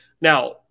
Now